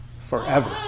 forever